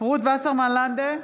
רות וסרמן לנדה,